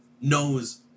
knows